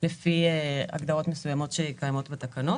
לפי הגדרות מסוימות שקיימות בתקנות.